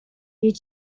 did